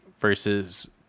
versus